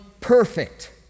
perfect